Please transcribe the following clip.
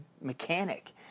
mechanic